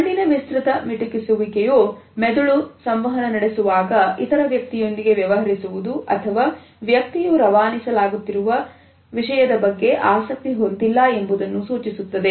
ಕಣ್ಣಿನ ವಿಸ್ತೃತ ಮಿಟುಕಿಸುವ ವಿಕೆ ಯು ಮೆದುಳು ಸಂವಹನ ನಡೆಸುವಾಗ ಇತರ ವ್ಯಕ್ತಿಯೊಂದಿಗೆ ವ್ಯವಹರಿಸುವುದು ಅಥವಾ ವ್ಯಕ್ತಿಯು ರವಾನಿಸಲಾಗುತ್ತಿದೆ ವಿಷಯದ ಬಗ್ಗೆ ಆಸಕ್ತಿ ಹೊಂದಿಲ್ಲ ಎಂಬುದನ್ನು ಸೂಚಿಸುತ್ತದೆ